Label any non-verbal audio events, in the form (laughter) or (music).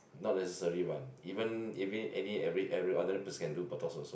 not necessary one even (noise) other person can do botox also